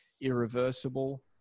irreversible